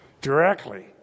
directly